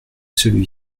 celui